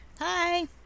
Hi